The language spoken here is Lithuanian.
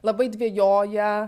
labai dvejoja